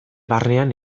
barnean